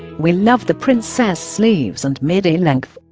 we love the princess sleeves and midi length,